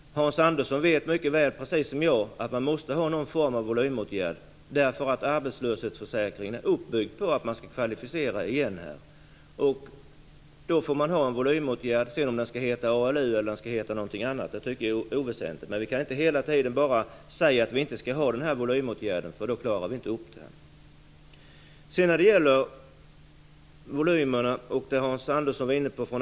Hans Andersson vet mycket väl, precis som jag, att man måste ha någon form av volymåtgärd därför att arbetslöshetsförsäkringen är uppbyggd på att man skall kvalificera igen. Då får man ha en volymåtgärd. Om den sedan skall heta ALU eller något annat tycker jag är oväsentligt. Men vi kan inte hela tiden säga att vi inte skall ha den här volymåtgärden för då klarar vi inte upp det här.